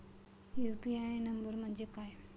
UPI number म्हणजे काय?